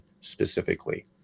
specifically